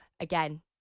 Again